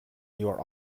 your